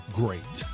great